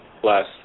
plus